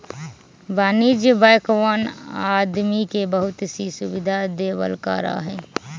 वाणिज्यिक बैंकवन आदमी के बहुत सी सुविधा देवल करा हई